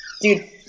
dude